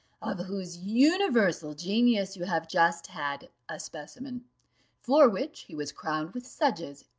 of whose universal genius you have just had a specimen for which he was crowned with sedges,